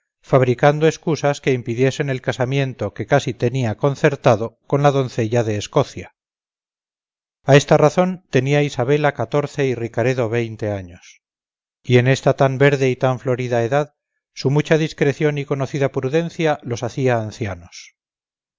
fabricando excusas que impidiesen el casamiento que casi tenía concertado con la doncella de escocia a esta razón tenía isabela catorce y ricaredo veinte años y en esta tan verde y tan florida edad su mucha discreción y conocida prudencia los hacía ancianos